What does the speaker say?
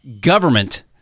government